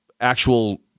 actual